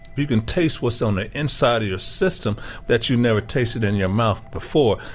you can taste what's on the inside of your system that you never tasted in your mouth before.